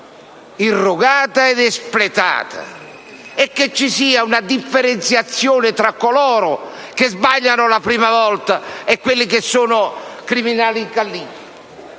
irrogata ed espiata, e deve esserci una differenziazione tra coloro che sbagliano la prima volta e quelli che sono criminali incalliti,